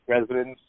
residents